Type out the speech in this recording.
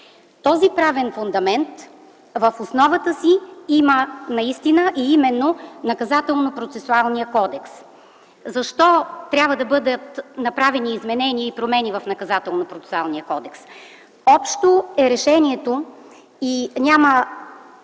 Този правен фундамент в основата си има наистина и именно Наказателно-процесуалния кодекс. Защо трябва да бъдат направени изменения в Наказателно-процесуалния кодекс? Общо е решението и няма